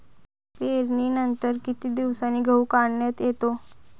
पेरणीनंतर किती दिवसांनी गहू काढण्यात येतो?